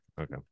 okay